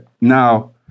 now